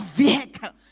vehicle